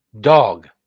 dog